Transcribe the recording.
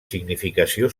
significació